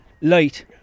light